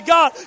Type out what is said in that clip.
God